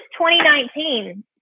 2019